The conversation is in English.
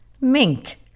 Mink